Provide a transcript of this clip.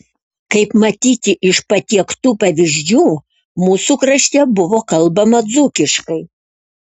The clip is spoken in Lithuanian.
kaip matyti iš patiektų pavyzdžių mūsų krašte buvo kalbama dzūkiškai